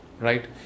right